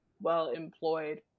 well-employed